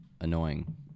annoying